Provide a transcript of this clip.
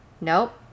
nope